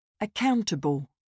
Accountable